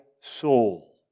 soul